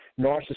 narcissism